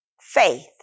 faith